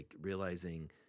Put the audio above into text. realizing